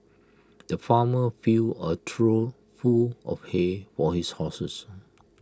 the farmer filled A trough full of hay for his horses